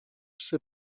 psy